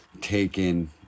taken